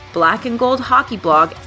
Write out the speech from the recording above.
blackandgoldhockeyblog